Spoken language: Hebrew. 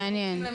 מעניין.